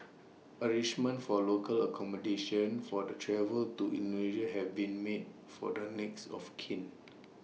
arrangements for local accommodation for the travel to Indonesia have been made for the next of kin